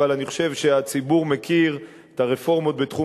אבל אני חושב שהציבור מכיר את הרפורמות בתחום